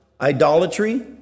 idolatry